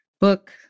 book